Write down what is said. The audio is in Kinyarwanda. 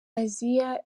assia